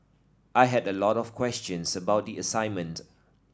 I had a lot of questions about the assignment